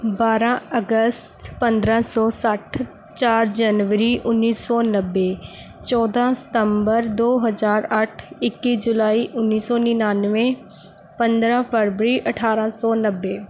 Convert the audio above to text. ਬਾਰਾਂ ਅਗਸਤ ਪੰਦਰਾਂ ਸੌ ਸੱਠ ਚਾਰ ਜਨਵਰੀ ਉੱਨੀ ਸੌ ਨੱਬੇ ਚੌਦਾਂ ਸਤੰਬਰ ਦੋ ਹਜ਼ਾਰ ਅੱਠ ਇੱਕੀ ਜੁਲਾਈ ਉੱਨੀ ਸੌ ਨੜਿਨਵੇਂ ਪੰਦਰਾਂ ਫਰਵਰੀ ਅਠਾਰਾਂ ਸੌ ਨੱਬੇ